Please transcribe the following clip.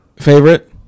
favorite